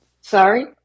sorry